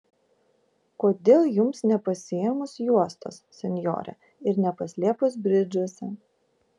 kodėl jums nepasiėmus juostos senjore ir nepaslėpus bridžuose